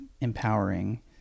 empowering